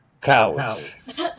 cowards